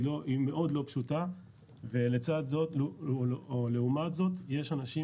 היא מאוד לא פשוטה ולצד זאת או לעומת זאת יש אנשים